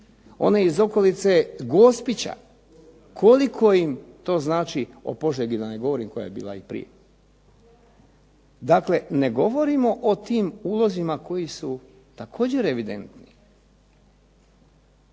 one iz okolice Gospića koliko im to znači o Požegi da ne govorim koja je bila i prije. Dakle, ne govorimo o tim ulozima koji su također evidentni.